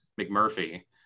McMurphy